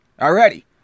already